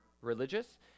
religious